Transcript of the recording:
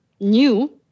new